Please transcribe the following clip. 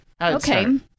Okay